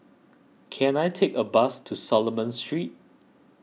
can I take a bus to Solomon Street